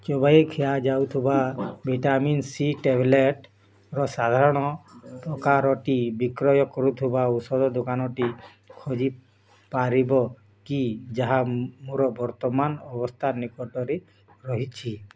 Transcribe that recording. ଚୋବାଇ ଖିଆଯାଉଥିବା vitamin C ଟ୍ୟାବ୍ଲେଟ୍ର ସାଧାରଣ ପ୍ରକାରଟି ବିକ୍ରୟ କରୁଥିବା ଔଷଧ ଦୋକାନଟି ଖୋଜିପାରିବ କି ଯାହା ମୋର ବର୍ତ୍ତମାନ ଅବସ୍ଥା ନିକଟରେ ରହିଛି